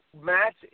Matt